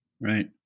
Right